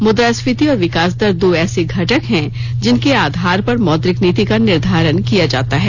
मुद्रास्फीति और विकास दर दो ऐसे घटक हैं जिनके आधार पर मौद्रिक नीति का निर्धारण किया जाता है